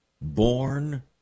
Born